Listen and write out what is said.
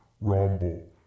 Rumble